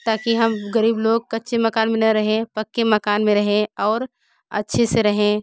ताकि हम गरीब लोग अच्छे मकान में न रहे पक्के मकान में रहें और अच्छे से रहें